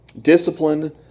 Discipline